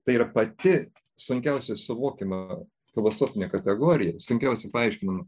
tai yra pati sunkiausiai suvokiama filosofinė kategorija sunkiausiai paaiškinama